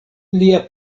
lia